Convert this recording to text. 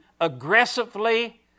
aggressively